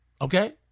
Okay